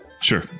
Sure